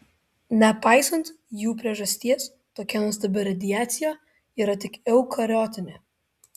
nepaisant jų priežasties tokia nuostabi radiacija yra tik eukariotinė